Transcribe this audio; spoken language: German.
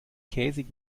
käsig